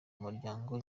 umuryango